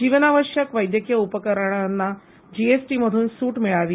जीवनावश्यक वैद्यकीय उपकरणांना जीएसटी मधून सूट मिळावी